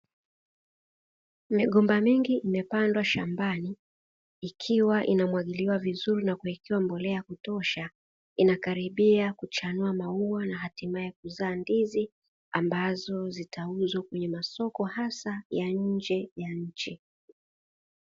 Migomba mingi imepandwa shambani, ikiwa inamwagiliwa vizuri na kuwekewa mbolea ya kutosha, inakaribia kuchanua maua na hatimaye kuzaa ndizi ambazo zitauzwa kwenye masoko, hasa ya nje ya nchi.